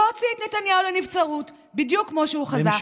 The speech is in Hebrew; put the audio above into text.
להוציא את נתניהו לנבצרות, בדיוק כמו שהוא חזה.